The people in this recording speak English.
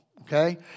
Okay